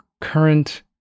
current